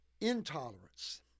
intolerance